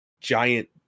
giant